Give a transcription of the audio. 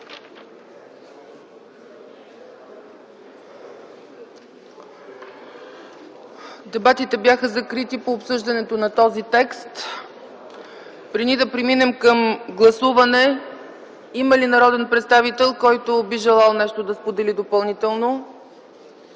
Дебатите бяха закрити по обсъждането на този текст. Преди да преминем към гласуване има ли народен представител, който би желал да сподели нещо допълнително?